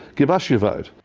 give us your vote.